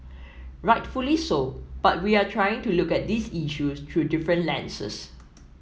rightfully so but we are trying to look at these issues through different lenses